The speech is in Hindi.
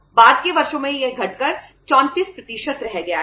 बाद के वर्षों में यह घटकर 34 रह गया है